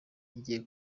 igiye